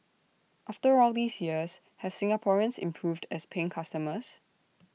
after all these years have Singaporeans improved as paying customers